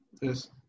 Yes